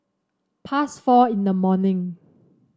past four in the morning